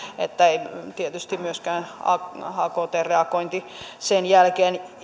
että ei tietysti myöskään aktn reagointi sen jälkeen